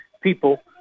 people